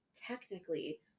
technically